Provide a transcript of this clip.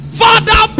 father